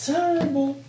Terrible